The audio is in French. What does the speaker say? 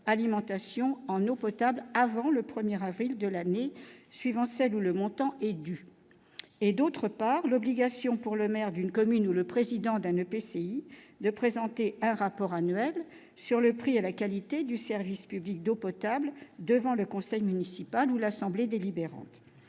d'alimentation en eau potable avant le premier avril de l'année suivant celle où le montant et du et, d'autre part, l'obligation pour le maire d'une commune où le président d'un EPCI de présenter un rapport annuel sur le prix et la qualité du service public d'eau potable, devant le conseil municipal où l'assemblée délibérante